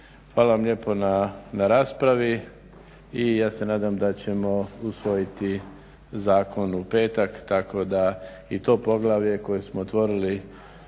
Hvala vam lijepo na raspravi i ja se nadam da ćemo usvojiti zakon u petak tako da i to poglavlje koje smo otvorili